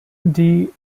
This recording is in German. die